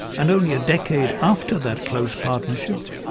and only a decade after that close partnership,